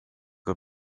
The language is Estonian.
kui